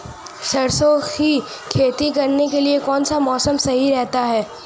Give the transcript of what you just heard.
सरसों की खेती करने के लिए कौनसा मौसम सही रहता है?